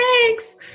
thanks